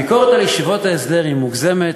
הביקורת על ישיבות ההסדר היא מוגזמת,